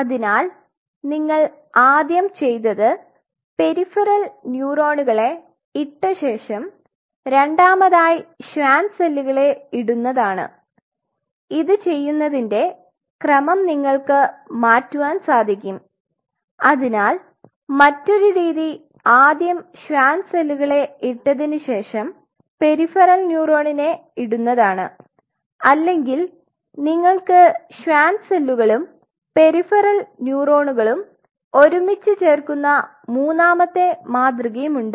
അതിനാൽ നിങ്ങൾ ആദ്യം ചെയ്തത് പെരിഫെറൽ ന്യൂറോണുകളെ ഇട്ട ശേഷം രണ്ടാമതായി ഷ്വാൻ സെല്ലുകളെ ഇടുന്നതാണ് ഇത് ചെയുന്നതിന്റെ ക്രേമം നിങ്ങൾക്ക് മാറ്റുവാൻ സാധിക്കും അതിനാൽ മറ്റൊരു രീതി ആദ്യം ഷ്വാൻ സെല്ലുകളെ ഇട്ടതിനു ശേഷം പെരിഫെറൽ ന്യൂറോണിനെ ഇടുന്നതാണ് അല്ലെങ്കിൽ നിങ്ങൾക്ക് ഷ്വാർ സെല്ലുകളും പെരിഫറൽ ന്യൂറോണുകളും ഒരുമിച്ച് ചേർക്കുന്ന മൂന്നാമത്തെ മാതൃകയുമുണ്ട്